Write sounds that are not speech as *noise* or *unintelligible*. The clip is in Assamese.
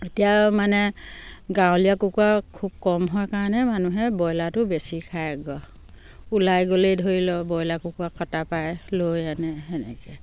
এতিয়া আৰু মানে গাঁৱলীয়া কুকুৰা খুব কম হয় কাৰণে মানুহে ব্ৰইলাৰটো বেছি খাই *unintelligible* ওলাই গ'লেই ধৰি লওক ব্ৰইলাৰ কুকুৰা কটা পাই লৈ আনে সেনেকৈ